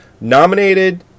nominated